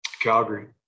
Calgary